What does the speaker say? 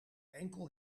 enkel